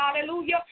Hallelujah